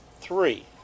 three